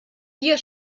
vier